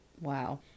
Wow